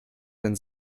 denn